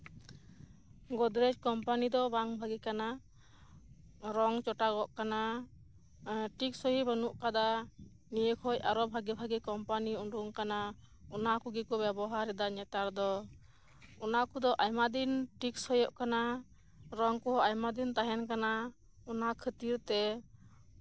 Godrej company ᱫᱚ ᱵᱟᱝ ᱵᱷᱟᱹᱜᱤ ᱠᱟᱱᱟ ᱨᱚᱝ ᱪᱚᱴᱟᱣᱚᱜ ᱠᱟᱱᱟ ᱟᱨ ᱴᱮᱠᱥᱚᱭ ᱦᱚᱸ ᱵᱟᱹᱱᱩᱜ ᱠᱟᱫᱟ ᱱᱤᱭᱟᱹ ᱠᱷᱚᱡ ᱟᱨᱦᱚᱸ ᱵᱷᱟᱜᱮᱼᱵᱷᱟᱜᱮ ᱠᱳᱢᱯᱟᱱᱤ ᱩᱰᱩᱝ ᱟᱠᱟᱱᱟ ᱚᱱᱟ ᱠᱚᱜᱮ ᱠᱚ ᱵᱮᱵᱚᱦᱟᱨᱮᱫᱟ ᱱᱮᱛᱟᱨ ᱫᱚ ᱚᱱᱟ ᱠᱚᱫᱚ ᱟᱭᱢᱟ ᱫᱤᱱ ᱴᱮᱠᱥᱚᱭᱚᱜ ᱠᱟᱱᱟ ᱨᱚᱝ ᱠᱚᱦᱚᱸ ᱟᱭᱢᱟ ᱫᱤᱱ ᱛᱟᱦᱮᱸᱱ ᱠᱟᱱᱟ ᱚᱱᱟ ᱠᱷᱟᱹᱛᱤᱨ ᱛᱮ